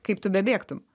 kaip tu bebėgtum